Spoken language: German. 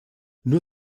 nur